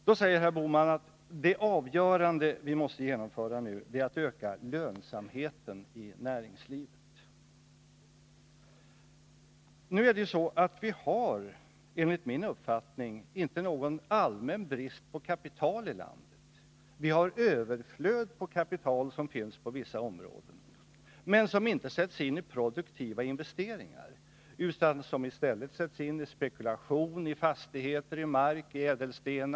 Då säger herr Bohman att det som är avgörande nu är att vi kan öka lönsamheten i näringslivet. Men vi har enligt min uppfattning inte någon allmän brist på kapital här i landet. Vi har överflöd på kapital inom vissa områden, men det sätts inte in i form av produktiva investeringar utan i stället i spekulation i fastigheter, mark och konstverk.